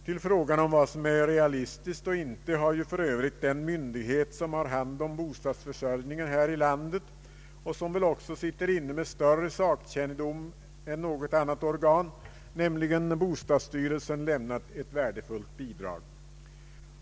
Till frågan om vad som är realistiskt eller inte har för övrigt den myndighet som har hand om bostadsförsörjningen här i landet och som väl också sitter inne med större sakkännedom än något annat organ, nämligen bostadsstyrelsen, lämnat ett värdefullt bidrag.